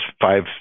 five